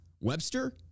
Webster